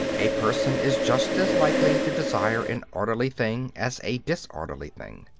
a person is just as likely to desire an orderly thing as a disorderly thing.